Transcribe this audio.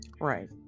Right